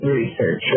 research